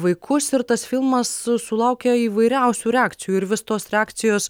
vaikus ir tas filmas su sulaukė įvairiausių reakcijų ir vis tos reakcijos